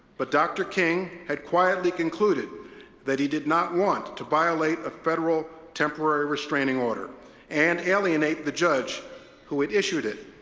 but, dr. king had quietly concluded that he did not want to violate a federal temporary restraining order and alienate the judge who had issued it,